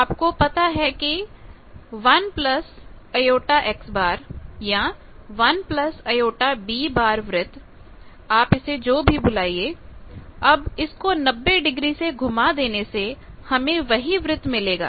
आपको पता है कि 1 jX या 1 jB वृत्त आप इसे जो भी बुलाएं अब इसको 90 डिग्री से घुमा देने से हमें वही व्रत मिलेगा